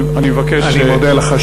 אני מודה לך.